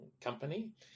company